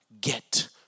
get